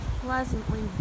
pleasantly